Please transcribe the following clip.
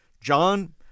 John